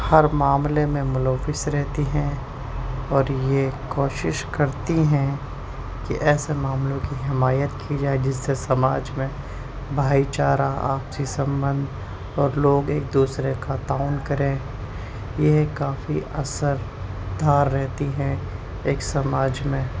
ہر معاملے میں ملوث رہتی ہیں اور یہ کوشش کرتی ہیں کہ ایسے معاملوں کی حمایت کی جائے جس سے سماج میں بھائی چارہ آپسی سنبندھ اور لوگ ایک دوسرے کا تعاون کریں یہ کافی اثردار رہتی ہیں ایک سماج میں